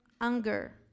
anger